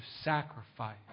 sacrifice